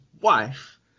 wife